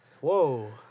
whoa